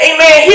Amen